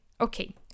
Okay